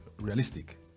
realistic